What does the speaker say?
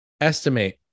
estimate